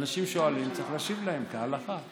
אנשים שואלים, צריך להשיב להם כהלכה.